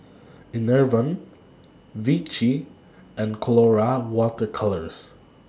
Enervon Vichy and Colora Water Colours